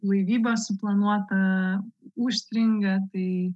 laivyba suplanuota užstringa tai